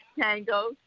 Tango